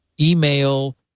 email